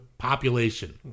Population